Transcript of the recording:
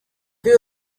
you